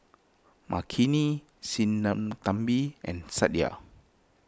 Makineni Sinnathamby and Satya